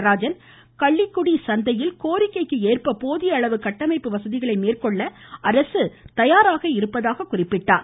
நடராஜன் கள்ளிக்குடி மார்க்கெட்டில் கோரிக்கைக்கு ஏற்ப போதிய அளவு கட்டமைப்பு வசதிகள் மேற்கொள்ள அரசு தயாராக இருப்பதாக கூறினார்